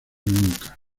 nunca